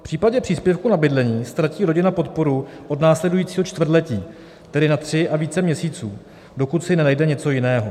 V případě příspěvku na bydlení ztratí rodina podporu od následujícího čtvrtletí, tedy na tři a více měsíců, dokud si nenajde něco jiného.